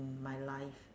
in my life